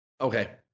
Okay